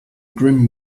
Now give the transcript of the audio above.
grim